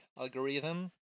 algorithm